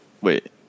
wait